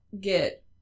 get